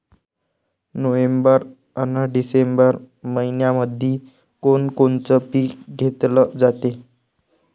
November अन December मइन्यामंधी कोण कोनचं पीक घेतलं जाते?